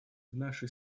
нашей